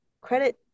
credit